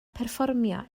perfformio